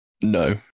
No